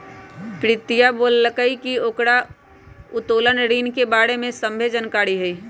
प्रीतिया बोललकई कि ओकरा उत्तोलन ऋण के बारे में सभ्भे जानकारी हई